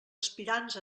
aspirants